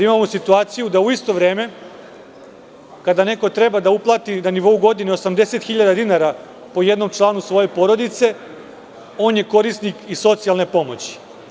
Imamo situaciju da u isto vreme kada neko treba da uplati na nivou godine 80.000 dinara po jednom članu svoje porodice, on je korisnik i socijalne pomoći.